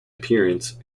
appearance